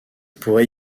pourrait